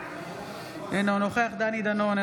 אינו נוכח דני דנון,